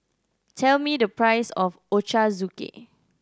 tell me the price of Ochazuke